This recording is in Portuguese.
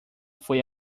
foi